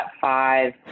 five